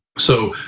so,